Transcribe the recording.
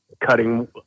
cutting